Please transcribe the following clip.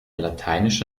lateinische